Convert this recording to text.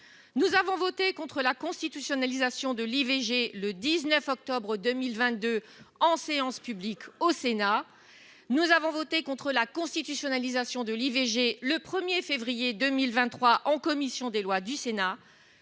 Nous avons voté contre la constitutionnalisation de l'IVG le 19 octobre 2022 en séance publique au Sénat. Nous avons voté contre la constitutionnalisation de l'IVG le 25 janvier 2023 en commission des lois du Sénat.